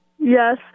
Yes